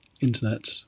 internet